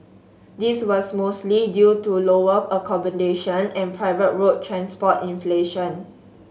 this was mostly due to lower accommodation and private road transport inflation